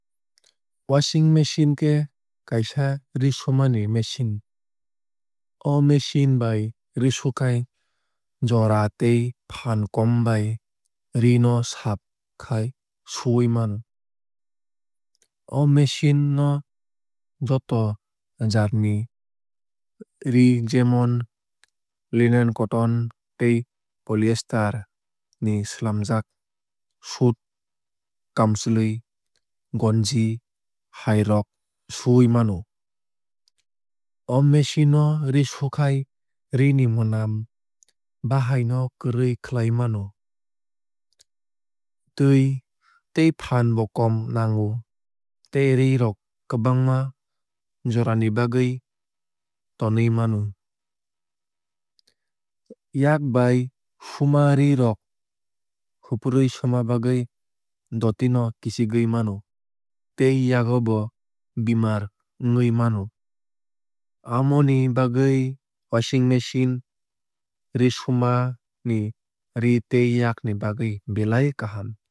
Washing machine khe kaisa ree sumani machine. O machine bai ree sukhai jora tei phaan kom bai ree no saaf khai suwui mano. O machine no joto jaat ni ree jemon linen cotton tei ployester ni swlamjak shuut kamchlwui gonji hai rok suwui mano. O machine no ree sukhai ree ni mwnam bahai no kwrwui khlai mano. Twui tei phaan bo kom nango tei ree rok kwbangma jora ni bagwui tonwui mano. Yak bai suma ree rok huprwui suma bwgui dotino kichigwui mano tei yago bo bemar wngwui mano. Amoni bagwui washing machine ree sumani ree tei yak ni bagwui belai kaham.